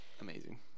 amazing